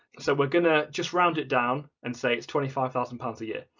so we're going to just round it down and say it's twenty five thousand pounds a year.